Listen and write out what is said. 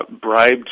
bribed